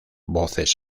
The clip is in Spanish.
voces